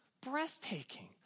breathtaking